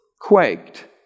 quaked